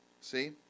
See